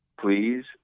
please